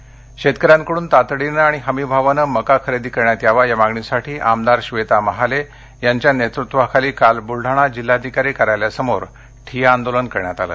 मका खरेदी शेतकऱ्यांकडून तातडीनं आणि हमीभावानं मका खरेदी करण्यात यावा या मागणीसाठी आमदार श्वेता महाले यांच्या नेतृत्वाखाली काल बुलडाणा जिल्हाधिकारी कार्यालयासमोर ठिय्या आंदोलन करण्यात आलं